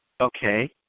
Okay